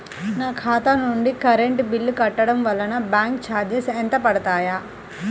నా ఖాతా నుండి కరెంట్ బిల్ కట్టడం వలన బ్యాంకు చార్జెస్ ఎంత పడతాయా?